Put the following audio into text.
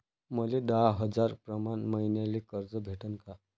मले दहा हजार प्रमाण मईन्याले कर्ज भेटन का?